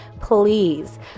please